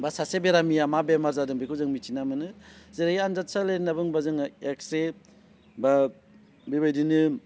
बा सासे बेरामिया मा बेराम जादों बेखौ जों मिथिना मोनो जेरै आनजादसालि होनना बुंब्ला जोङो एक्स्रे बा बेबायदिनो